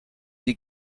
die